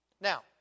Now